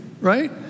right